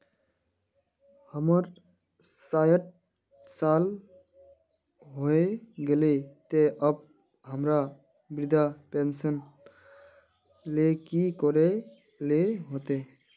हमर सायट साल होय गले ते अब हमरा वृद्धा पेंशन ले की करे ले होते?